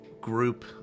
group